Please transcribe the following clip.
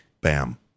bam